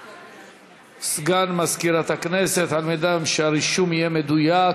לסגן מזכירת הכנסת על מנת שהרישום יהיה מדויק.